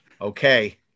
Okay